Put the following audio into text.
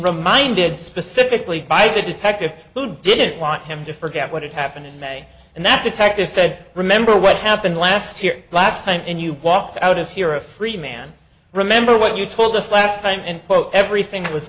reminded specifically by the detective who didn't want him to forget what had happened in may and that detective said remember what happened last year last time and you walked out of here a free man remember what you told us last time and quote everything was